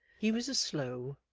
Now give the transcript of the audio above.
he was a slow,